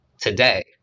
today